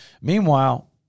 Meanwhile